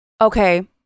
okay